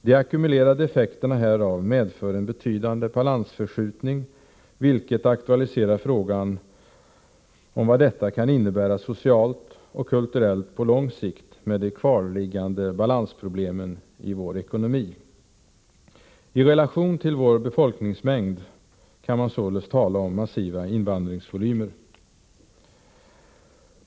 De ackumulerade effekterna härav medför en betydande balansförskjutning, vilket aktualiserar frågan om vad detta kan innebära socialt och kulturellt på lång sikt med de kvarliggande balansproblemen i vår ekonomi. I relation till vår befolkningsmängd kan man således tala om massiva invandringsvolymer.